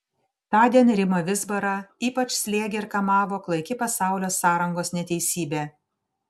tądien rimą vizbarą ypač slėgė ir kamavo klaiki pasaulio sąrangos neteisybė